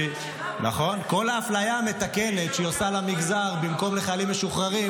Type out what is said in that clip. כל האפליה המתקנת שהיא עושה למגזר במקום לחיילים משוחררים,